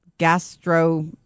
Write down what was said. gastro